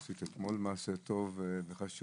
עשית אתמול מעשה טוב וחשוב,